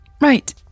Right